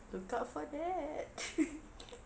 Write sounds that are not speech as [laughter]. look out for that [laughs]